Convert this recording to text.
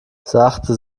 sachte